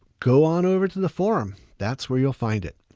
go on over to the forum. that's where you'll find it.